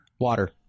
Water